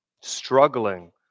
struggling